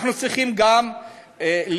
אנחנו צריכים גם לבדוק